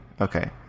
okay